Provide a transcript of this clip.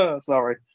Sorry